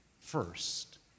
first